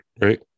Right